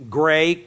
gray